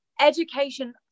education